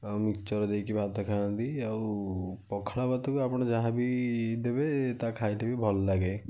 ଆଉ ମିକ୍ସଚର ଦେଇକି ଭାତ ଖାଆନ୍ତି ଆଉ ପଖାଳ ଭାତକୁ ଆପଣ ଯାହାବି ଦେବେ ତା ଖାଇଲେ ବି ଭଲ ଲାଗେ